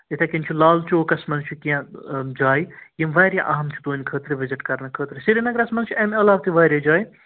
یِتھَے کَنۍ چھِ لال چوکَس منٛز چھِ کیٚنٛہہ جایہِ یِم واریاہ اہم چھِ تُہٕنٛدۍ خٲطرٕ وِزِٹ کرنہٕ خٲطرٕ سرینگرس منٛز چھِ اَمہِ علاوٕ تہِ واریاہ جایہِ